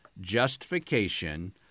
justification